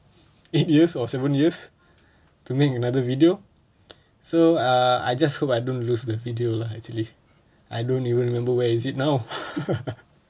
eight years or seven years to make another video so uh I just hope I don't lose the video lah actually I don't even remember where is it now